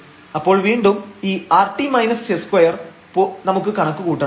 അപ്പോൾ വീണ്ടും ഈ rt s2 നമുക്ക് കണക്കു കൂട്ടണം